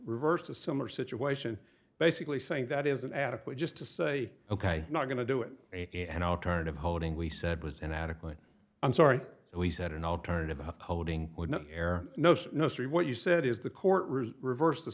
reversed a similar situation basically saying that is an adequate just to say ok not going to do it and alternative holding we said was inadequate i'm sorry he said an alternative of coding would not air no snow story what you said is the court room reversed th